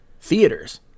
theaters